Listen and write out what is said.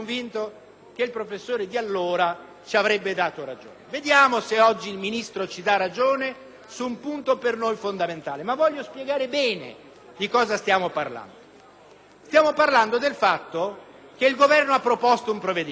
che il professore di allora ci avrebbe dato ragione. Vediamo se oggi il Ministro ci dà ragione su un altro punto per noi fondamentale, e voglio spiegare bene di cosa sto parlando. Il Governo ha proposto un provvedimento